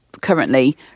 currently